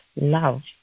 love